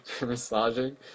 massaging